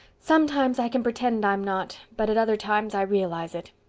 sometimes i can pretend i'm not, but at other times i realize it.